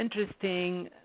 interesting